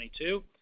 2022